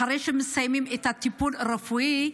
אחרי שהם מסיימים את הטיפול הרפואי,